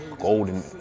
golden